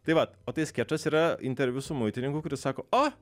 tai vat o tai skečas yra interviu su muitininku kuris sako o